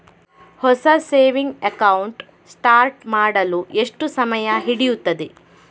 ಹೊಸ saving account start ಮಾಡಲು ಎಷ್ಟು ಸಮಯ ಹಿಡಿಯುತ್ತದೆ?